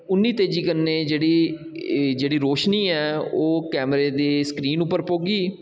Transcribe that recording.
उन्नी तेजी कन्नै जेह्ड़ी एह् जेह्ड़ी रोशनी ऐ ओह् कैमरे दी स्क्रीन उप्पर पौह्गी